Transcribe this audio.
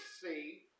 see